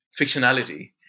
fictionality